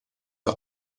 are